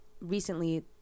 Recently